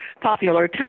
popular